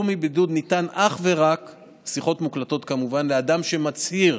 שחרור מבידוד ניתן אך ורק לאדם שמצהיר,